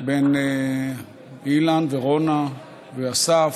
בין אילן ורונה ואסף,